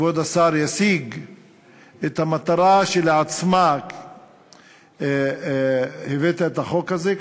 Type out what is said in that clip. כבוד השר, ישיג את המטרה שלשמה הבאת את החוק הזה?